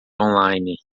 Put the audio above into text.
online